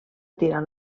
tirant